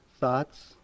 thoughts